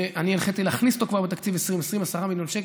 אני הנחיתי להכניס אותו כבר בתקציב 2020. 10 מיליון שקל.